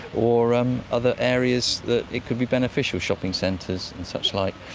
or um other areas that it could be beneficial, shopping centres and suchlike,